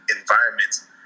environments